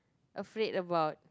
afraid about